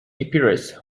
epirus